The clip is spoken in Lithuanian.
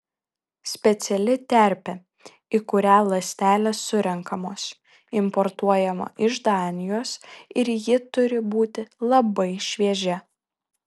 speciali terpė į kurią ląstelės surenkamos importuojama iš danijos ir ji turi būti labai šviežia